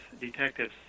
detectives